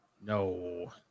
No